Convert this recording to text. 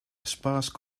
sparse